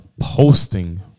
posting